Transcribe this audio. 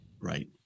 Right